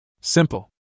Simple